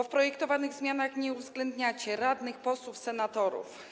W projektowanych zmianach nie uwzględniacie funkcji radnych, posłów, senatorów.